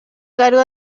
cargo